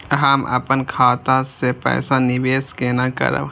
हम अपन खाता से पैसा निवेश केना करब?